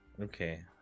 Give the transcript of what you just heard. okay